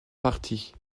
partie